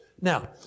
Now